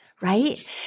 right